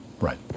Right